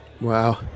Wow